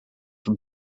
from